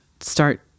start